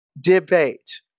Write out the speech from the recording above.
debate